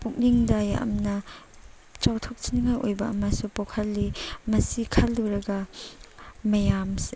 ꯄꯨꯛꯅꯤꯡꯗ ꯌꯥꯝꯅ ꯆꯥꯎꯊꯣꯛꯆꯅꯤꯡꯉꯥꯏ ꯑꯣꯏꯕ ꯑꯃꯁꯨ ꯄꯣꯛꯍꯜꯂꯤ ꯃꯁꯤ ꯈꯜꯂꯨꯔꯒ ꯃꯌꯥꯝꯁꯤ